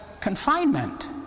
confinement